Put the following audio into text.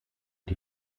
die